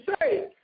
say